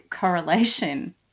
correlation